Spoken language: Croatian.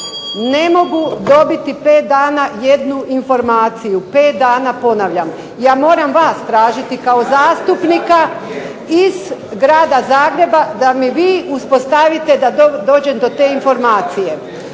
ne mogu dobiti pet dana jednu informaciju, pet dana ponavljam. Ja moram vas tražiti kao zastupnika iz Grada Zagreba da mi vi uspostavite da dođem do te informacije.